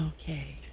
Okay